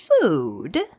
food